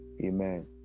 amen